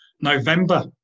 November